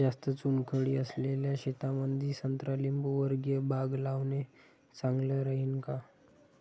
जास्त चुनखडी असलेल्या शेतामंदी संत्रा लिंबूवर्गीय बाग लावणे चांगलं राहिन का?